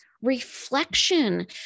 reflection